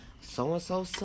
So-and-so